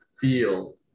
feel